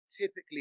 typically